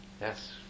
Yes